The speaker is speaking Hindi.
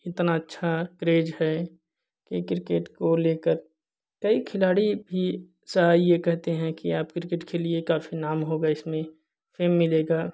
इतना अच्छा क्रेज है कि क्रिकेट को लेकर कई खिलाड़ी भी अच्छा ये कहते हैं कि आप क्रिकेट खेलिए काफी नाम होगा इसमें फेम मिलेगा